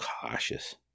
cautious